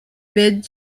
bed